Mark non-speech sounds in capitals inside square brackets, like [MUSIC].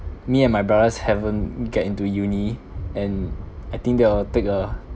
me and my brothers haven't get into uni and I think they will take a [BREATH]